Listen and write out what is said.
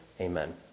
Amen